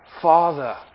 Father